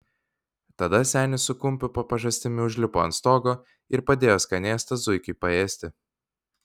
tada senis su kumpiu po pažastimi užlipo ant stogo ir padėjo skanėstą zuikiui paėsti